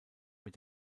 mit